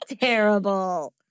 Terrible